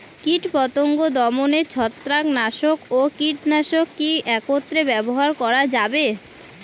কীটপতঙ্গ দমনে ছত্রাকনাশক ও কীটনাশক কী একত্রে ব্যবহার করা যাবে?